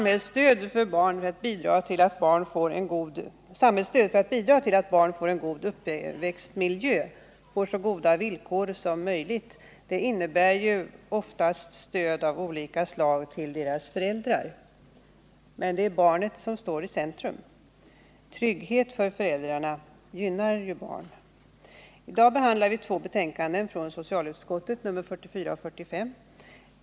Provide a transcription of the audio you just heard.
Herr talman! Samhällsstöd för att bidra till att barn får en god uppväxtmiljö på så goda villkor som möjligt innebär oftast stöd av olika slag till deras föräldrar. Men det är barnen som står i centrum — trygghet för föräldrarna gynnar ju också barnen. I dag behandlar vi två betänkanden från socialutskottet, nr 44 och 45.